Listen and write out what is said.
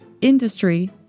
industry